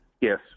Yes